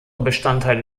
bestandteile